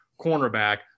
cornerback